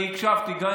אני הקשבתי קצת,